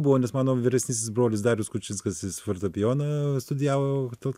buvo nes mano vyresnysis brolis darius kučinskas jis fortepijoną studijavo tallat kelpšoje